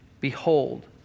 Behold